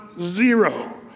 Zero